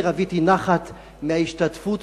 אני רוויתי נחת מההשתתפות,